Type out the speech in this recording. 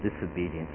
disobedience